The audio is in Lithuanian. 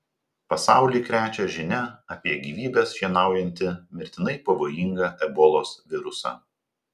pasaulį krečia žinia apie gyvybes šienaujantį mirtinai pavojingą ebolos virusą